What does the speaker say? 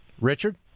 Richard